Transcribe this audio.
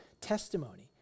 testimony